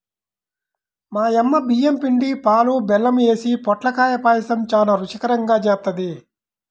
మా యమ్మ బియ్యం పిండి, పాలు, బెల్లం యేసి పొట్లకాయ పాయసం చానా రుచికరంగా జేత్తది